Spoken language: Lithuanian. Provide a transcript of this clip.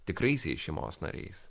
tikraisiais šeimos nariais